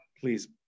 please